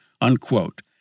unquote